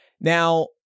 Now